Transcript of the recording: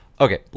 okay